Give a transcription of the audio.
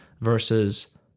versus